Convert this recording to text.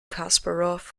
kasparov